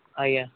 ଆଜ୍ଞା